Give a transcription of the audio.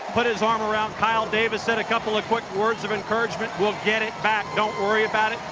put his arm around kyle davis, said a couple ah quick words of encouragement. we'll get it back, don't worry about it.